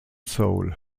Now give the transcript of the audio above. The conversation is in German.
soul